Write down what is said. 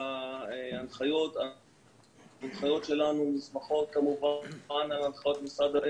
ההנחיות שלנו נסמכות כמובן על הנחיות משרד הבריאות.